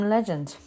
Legend